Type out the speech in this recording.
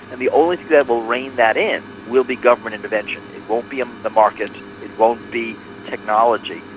and the only thing that will rein that in will be government intervention, it won't be um the market, it won't be technology,